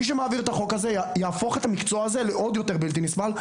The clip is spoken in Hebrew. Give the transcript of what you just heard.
מי שמעביר את החוק הזה יהפוך את המקצוע הזה לעוד יותר בלתי נסבל.